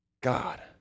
God